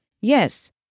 Yes